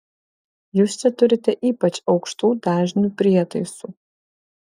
jūs čia turite ypač aukštų dažnių prietaisų